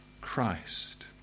Christ